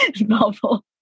novel